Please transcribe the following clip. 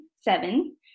seven